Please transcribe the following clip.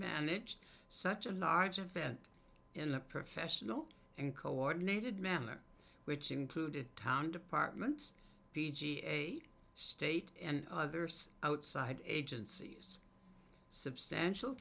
managed such a large event in a professional and coordinated manner which included town departments p g a state and others outside agencies substantial